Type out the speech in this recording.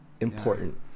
important